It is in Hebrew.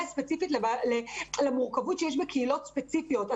ספציפי למורכבות שיש בקהילות ספציפיות.